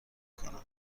کند